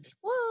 whoa